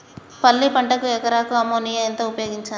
పల్లి పంటకు ఎకరాకు అమోనియా ఎంత ఉపయోగించాలి?